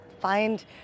find